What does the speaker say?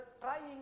trying